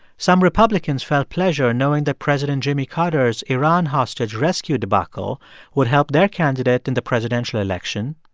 some republicans felt pleasure knowing that president jimmy carter's iran hostage rescue debacle would help their candidate in the presidential election,